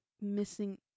missing